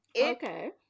Okay